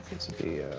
it's the.